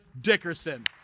Dickerson